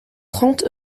trente